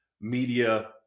media